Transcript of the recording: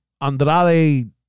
Andrade